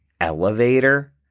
Elevator